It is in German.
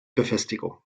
befestigung